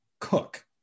cook